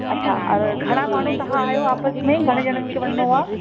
अच्छा और घणा माण्हू तव्हां आहियो आपस में घणे ॼणण खे वञिणो आहे